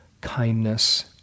kindness